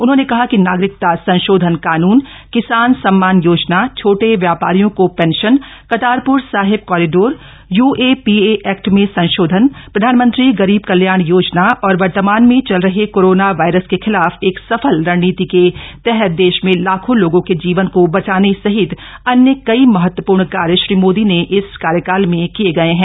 उन्होंने कहा कि नागरिकता संशोधन कानून किसान सम्मान योजना छोटे व्यापारियों को pension Kartarpur Sahib corridor UAPA act में संशोधन प्रधानमंत्री गरीब कल्याण योजना और वर्तमान में चल रहे कोरोना वायरस के खिलाफ एक सफल रणनीति के तहत देश में लाखों लोगों के जीवन को बचाने सहित अन्य कई महत्वपूर्ण कार्य श्री मोदी ने इस कार्यकाल में किए गए हैं